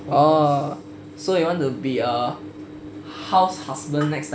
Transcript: so you want to be a house husband next time